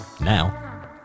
Now